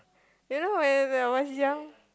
you know when when I was young